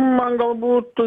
man gal būtų